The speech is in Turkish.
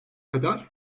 kadar